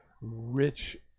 rich